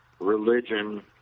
religion